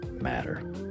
matter